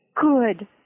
good